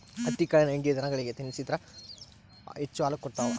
ಹತ್ತಿಕಾಳಿನ ಹಿಂಡಿ ದನಗಳಿಗೆ ತಿನ್ನಿಸಿದ್ರ ಹೆಚ್ಚು ಹಾಲು ಕೊಡ್ತಾವ